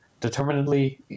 determinedly